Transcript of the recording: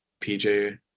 PJ